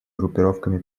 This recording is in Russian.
группировками